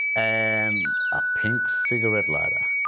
and a pink cigarette lighter.